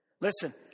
Listen